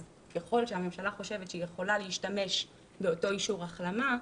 אז ככל שהממשלה חושבת שהיא יכולה להשתמש באותו אישור החלמה,